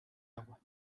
agua